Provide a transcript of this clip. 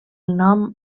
nom